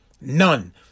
None